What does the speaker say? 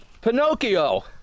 Pinocchio